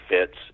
fits